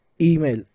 email